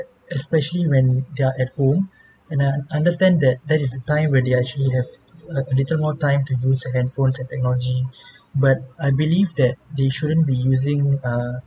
especially when they are at home and I understand that that is the time where they actually have a little more time to use their handphones and technology but I believe that they shouldn't be using uh